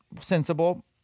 sensible